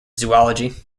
zoology